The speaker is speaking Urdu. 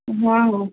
ہاں ہاں